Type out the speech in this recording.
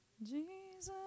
Jesus